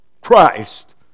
Christ